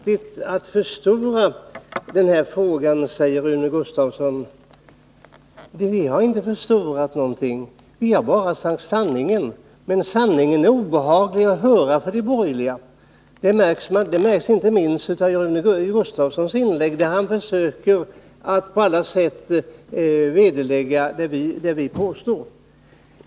Herr talman! Det är farligt att förstora frågan, säger Rune Gustavsson. Vi har inte förstorat någonting, utan vi har bara sagt sanningen. Men att sanningen är obehaglig att höra för de borgerliga märks inte minst av Rune Gustavssons inlägg, där han på allt sätt försöker vederlägga det vi påstår.